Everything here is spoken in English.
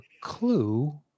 clue